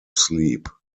sleep